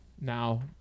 Now